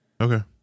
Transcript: Okay